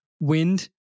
wind